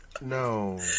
No